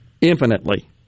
infinitely